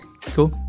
Cool